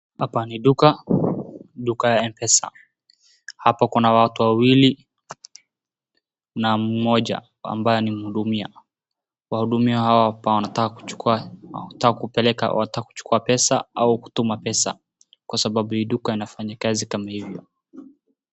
Hapa ni duka, duka ya M-Pesa. Hapo kuna watu wawili na mmoja ambaye ni mhudumia. Wahudumiwa hao wanataka kuchukua pesa au kutuma pesa kwa sababu hii duka inafanya kazi kama hivyo.